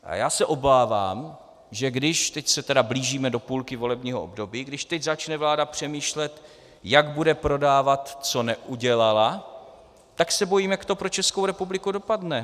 A já se obávám, teď se tedy blížíme do půlky volebního období, když teď začne vláda přemýšlet, jak bude prodávat, co neudělala, tak se bojím, jak to pro Českou republiku dopadne.